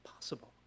possible